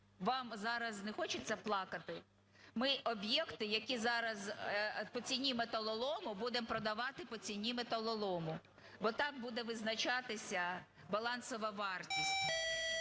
Вам зараз не хочеться плакати? Ми об'єкти, які зараз по ціні металолому, будемо продавати по ціні металолому, бо так буде визначатися балансова вартість.